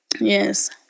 Yes